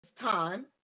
time